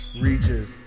reaches